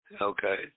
Okay